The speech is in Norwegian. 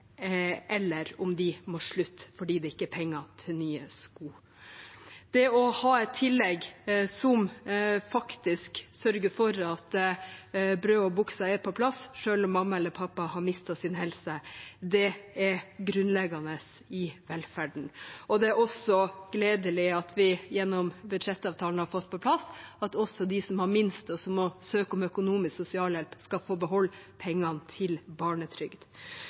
eller om de må slutte fordi det ikke er penger til nye sko. Det å ha et tillegg som faktisk sørger for at brød og bukser er på plass selv om mamma eller pappa har mistet helsen sin, er grunnleggende i velferden. Det er også gledelig at vi gjennom budsjettavtalen har fått på plass at også de som har minst, og som må søke om økonomisk sosialhjelp, skal få beholde